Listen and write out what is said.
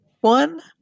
one